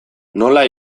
nola